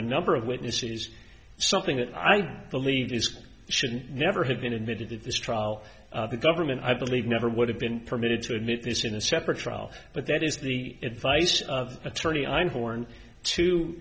a number of witnesses something that i believe is should never have been admitted that this trial the government i believe never would have been permitted to admit this in a separate trial but that is the advice of attorney einhorn to